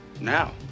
now